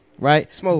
Right